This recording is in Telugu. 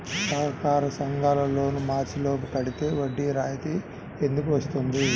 సహకార సంఘాల లోన్ మార్చి లోపు కట్టితే వడ్డీ రాయితీ ఎందుకు ఇస్తుంది?